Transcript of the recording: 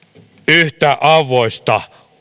yhtä auvoista